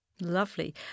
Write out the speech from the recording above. Lovely